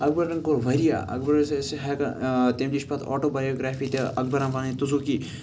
اَکبرَن کوٚر واریاہ اَکبرس ٲسۍ ہیٚکان تمہِ نِش پَتہٕ آٹوبَیوگرٛافی تہِ اَکبرَنٕۍ تہِ اوس یہِ